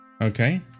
Okay